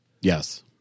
Yes